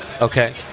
Okay